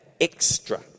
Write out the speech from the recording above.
extra